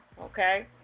okay